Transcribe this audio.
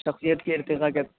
شخصیت کے ارتقاء کے